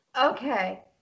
okay